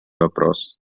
вопрос